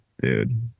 Dude